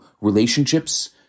relationships